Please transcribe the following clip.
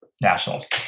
nationals